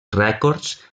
rècords